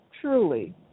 truly